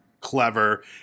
clever